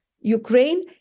Ukraine